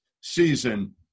season